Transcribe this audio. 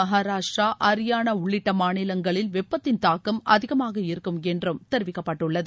மகாராஷ்டிரா ஹிரியானா உள்ளிட்ட மாநிலங்களில் வெப்பத்தின் தாக்கம் அதிகமாக இருக்கும் என்றும் தெரிவிக்கப்பட்டுள்ளது